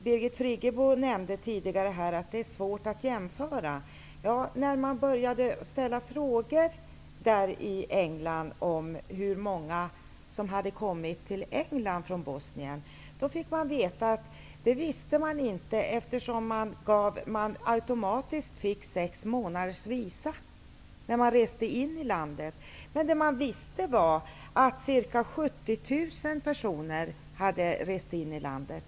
Birgit Friggebo nämnde tidigare att det är svårt att göra jämförelser. Men när vi i utskottet ställde frågor i England om hur många människor som kommit dit från Bosnien fick vi veta att de inte visste det, eftersom man vid inresan i landet automatiskt fick sexmånadersvisum. Men de visste att ca 70 000 personer hade rest in i landet.